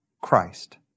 Christ